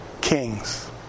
kings